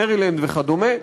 מרילנד וכדומה.